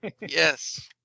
Yes